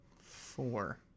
Four